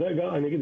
עובדים.